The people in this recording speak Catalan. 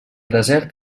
desert